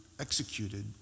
Executed